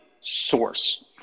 source